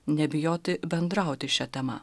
nebijoti bendrauti šia tema